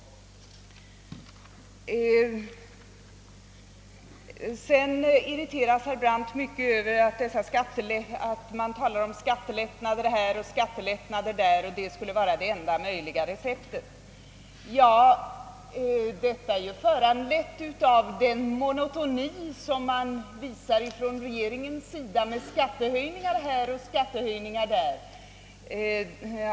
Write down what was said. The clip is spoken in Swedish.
Herr Brandt irriterades också mycket över att man talar om skattelättnader här och skattelättnader där som det enda möjliga receptet. Men detta är ju föranlett av monotonin i regeringens politik med skattehöjningar här och skattehöjningar där.